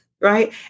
right